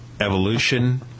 evolution